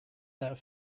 that